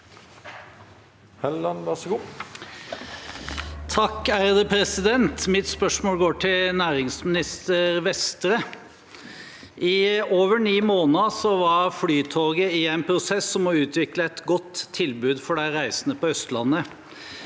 (H) Mitt spørsmål går til næringsminister Vestre. I over ni måneder var Flytoget i en prosess med å utvikle et godt tilbud for de reisende på Østlandet.